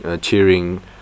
cheering